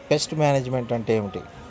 Pest management అంటే ఏమిటి?